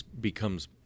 becomes